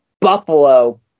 Buffalo